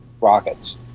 rockets